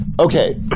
Okay